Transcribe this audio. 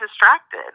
distracted